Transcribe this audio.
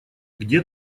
где